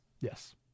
Yes